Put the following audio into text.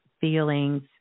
feelings